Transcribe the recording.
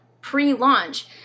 pre-launch